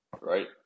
right